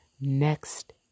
next